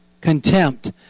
Contempt